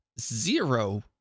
zero